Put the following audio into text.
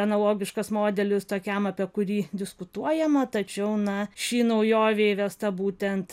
analogiškas modelis tokiam apie kurį diskutuojama tačiau na ši naujovė įvesta būtent